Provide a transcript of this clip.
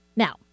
Now